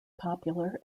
popular